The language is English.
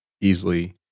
easily